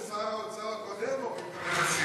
אמרו ששר האוצר הקודם הוריד את המכסים.